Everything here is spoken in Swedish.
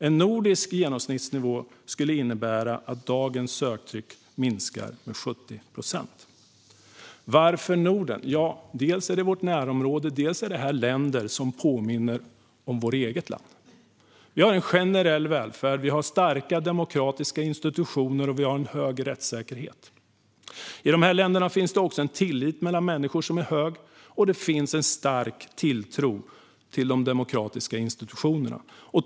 En nordisk genomsnittsnivå skulle innebära att dagens söktryck minskar med 70 procent. Varför då jämföra med Norden? Dels är det vårt närområde, dels är det här länder som påminner om vårt eget land. De nordiska länderna har en generell välfärd, starka demokratiska institutioner och en hög rättssäkerhet. I dessa länder finns en tillit mellan människor som är hög, och det finns en stark tilltro till de demokratiska institutionerna.